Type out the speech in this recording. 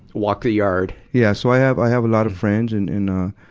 walked the yard. yeah. so i have, i have a lot of friends in, in, ah,